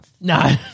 No